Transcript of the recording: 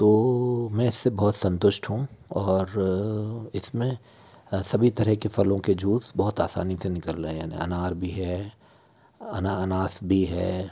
तो मैं इससे बहुत संतुष्ट हूँ और इसमें सभी तरह के फलों के जूस बहुत आसानी से निकल रहे हैं अनार भी है अनानास भी है